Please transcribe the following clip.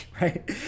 right